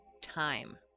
time